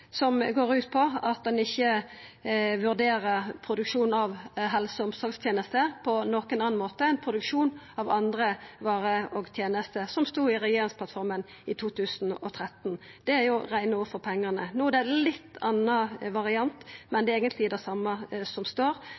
går ut på at ein ikkje vurderer produksjonen av helse- og omsorgstenester på nokon annan måte enn produksjonen av andre varer og tenester. Det sto i regjeringsplattforma i 2013. Det er reine ord for pengane. No er det ein litt annan variant, men det er eigentleg det same som står